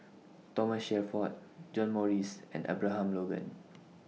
Thomas Shelford John Morrice and Abraham Logan